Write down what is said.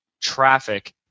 traffic